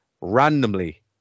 Randomly